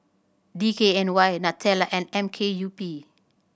D K N Y Nutella and M K U P